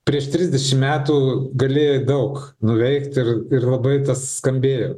prieš trisdešimt metų galėjai daug nuveikti ir ir labai tas skambėjo